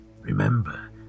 remember